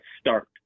start